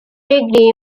degree